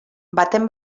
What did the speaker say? baten